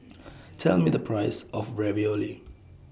Tell Me The Price of Ravioli